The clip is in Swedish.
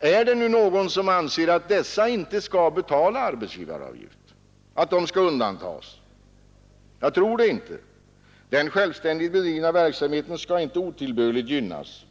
Är det någon som anser att dessa skall undantas från arbetsgivaravgift? Jag tror inte det. Den självständigt bedrivna verksamheten skall inte otillbörligt gynnas.